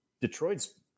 Detroit's